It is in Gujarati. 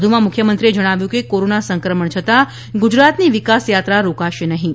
વધુમાં મુખ્યમંત્રીએ જણાવ્યું કે કોરોના સંક્રમણ છતાં ગુજરાતની વિકાસયાત્રા રોકાશે નહિં